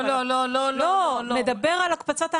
הוא מדבר על הקפצת האנשים,